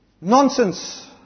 nonsense